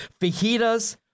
fajitas